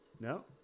No